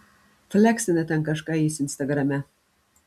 fleksina ten kažką jis instagrame